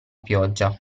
pioggia